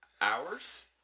hours